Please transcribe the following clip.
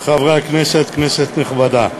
כנסת נכבדה,